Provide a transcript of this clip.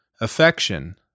affection